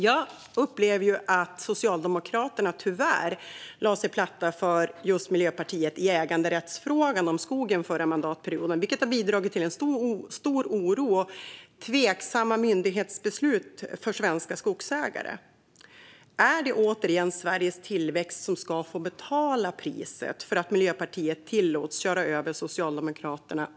Jag upplever att Socialdemokraterna tyvärr lade sig platt för Miljöpartiet när det gällde frågan om äganderätt till skogen förra mandatperioden. Detta har bidragit till stor oro för svenska skogsägare och till tveksamma myndighetsbeslut. Är det återigen Sveriges tillväxt som ska betala priset för att Miljöpartiet tillåts köra över Socialdemokraterna?